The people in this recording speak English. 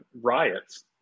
riots